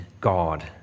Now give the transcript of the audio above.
God